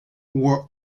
were